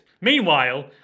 Meanwhile